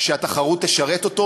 שהתחרות תשרת אותו,